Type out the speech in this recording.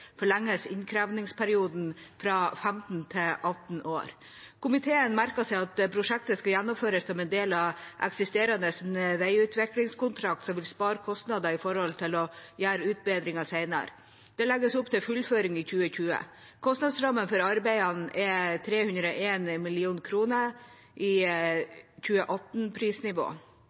forlenges innkrevingsperioden fra 15 til 18 år. Komiteen merker seg at prosjektet skal gjennomføres som en del av eksisterende veiutviklingskontrakt, noe som vil være kostnadsbesparende i forhold til å gjøre utbedringer senere. Det legges opp til fullføring i 2020. Kostnadsrammen for arbeidene er på 301 mill. kr i